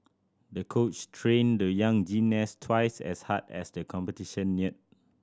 the coach trained the young gymnast twice as hard as the competition neared